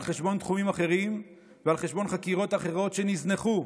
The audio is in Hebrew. על חשבון תחומים אחרים ועל חשבון חקירות אחרות שנזנחו.